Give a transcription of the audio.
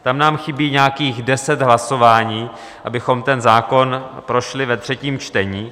Tam nám chybí nějakých deset hlasování, abychom ten zákon prošli ve třetím čtení.